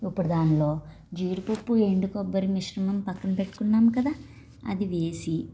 ఇప్పుడు దానిలో జీడిపప్పు ఎండు కొబ్బరి మిశ్రమం పక్కన పెట్టుకున్నాము కదా అది వేసి